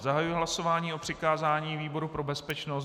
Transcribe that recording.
Zahajuji hlasování o přikázání výboru pro bezpečnost.